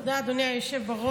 תודה, אדוני היושב-ראש.